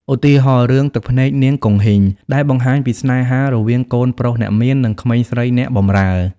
ឧទាហរណ៍ រឿង ទឹកភ្នែកនាងគង្ហីង ដែលបង្ហាញពីស្នេហារវាងកូនប្រុសអ្នកមាន និងក្មេងស្រីអ្នកបម្រើ។